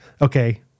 okay